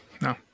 no